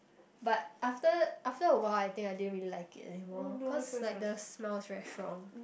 but after after a while I think I didn't really like it anymore cause like the smell is very strong